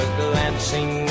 glancing